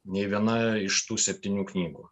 nei viena iš tų septynių knygų